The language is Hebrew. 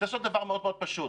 צריך לעשות דבר מאוד מאוד פשוט,